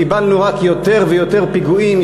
קיבלנו רק יותר ויותר פיגועים,